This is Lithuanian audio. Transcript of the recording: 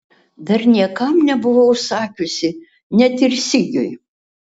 dar niekam nebuvau sakiusi net ir sigiui